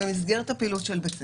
במסגרת הפעילות של בית הספר.